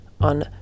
on